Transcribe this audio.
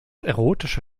erotische